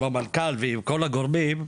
עם המנכ"ל ועם כל הגורמים,